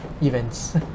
events